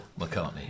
McCartney